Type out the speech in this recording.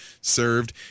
served